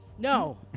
No